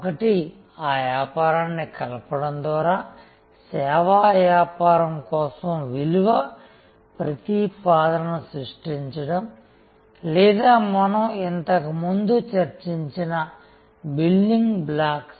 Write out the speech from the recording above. ఒకటి ఆ వ్యాపారాన్ని కలపడం ద్వారా సేవా వ్యాపారం కోసం విలువ ప్రతిపాదనను సృష్టించడం లేదా మనం ఇంతకుముందు చర్చించిన బిల్డింగ్ బ్లాక్స్